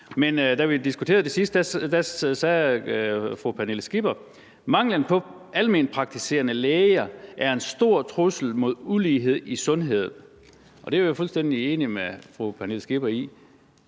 det. Da vi diskuterede det sidst, sagde fru Pernille Skipper, at manglen på alment praktiserende læger er en stor trussel mod lighed i sundhed. Det er jeg fuldstændig enig med fru Pernille Skipper i.